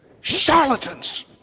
charlatans